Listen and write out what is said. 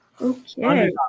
Okay